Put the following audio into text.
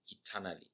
eternally